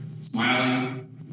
smiling